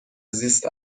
زیست